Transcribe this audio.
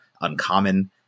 uncommon